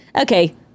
okay